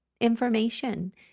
information